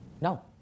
no